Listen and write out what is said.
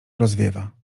rozwiewa